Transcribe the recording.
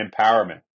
empowerment